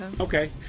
Okay